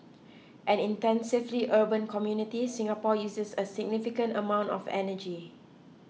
an intensively urban community Singapore uses a significant amount of energy